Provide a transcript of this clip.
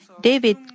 David